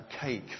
cake